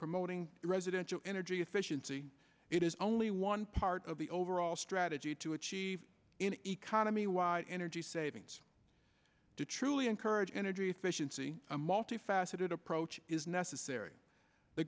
promoting residential energy efficiency it is only one part of the overall strategy to achieve in an economy wind energy savings to truly encourage energy efficiency a multifaceted approach is necessary the